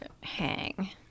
hang